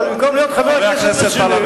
אבל במקום להיות חבר כנסת רציני,